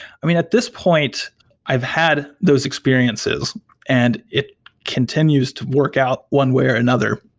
i mean, at this point i've had those experiences and it continues to work out one way or another.